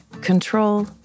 control